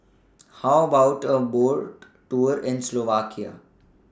How about A Boat Tour in Slovakia